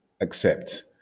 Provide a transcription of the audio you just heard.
accept